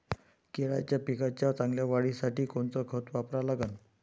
केळाच्या पिकाच्या चांगल्या वाढीसाठी कोनचं खत वापरा लागन?